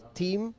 team